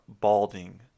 balding